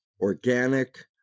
organic